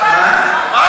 הזה?